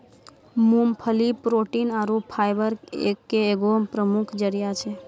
मूंगफली प्रोटीन आरु फाइबर के एगो प्रमुख जरिया छै